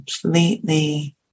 completely